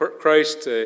Christ